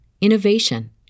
innovation